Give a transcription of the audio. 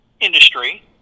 industry